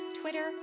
Twitter